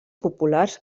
populars